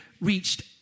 reached